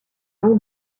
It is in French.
noms